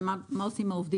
היא מה עושים עם העובדים.